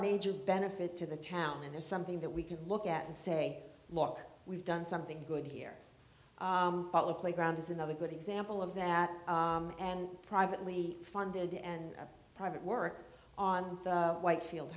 major benefit to the town and there's something that we could look at and say look we've done something good here the playground is another good example of that and privately funded and private work on the white field